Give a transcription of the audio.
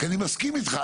כי אני מסכים איתך,